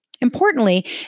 Importantly